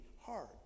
hard